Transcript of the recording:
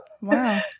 Wow